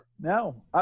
No